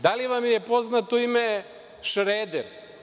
Da li vam je poznato ime Šreder?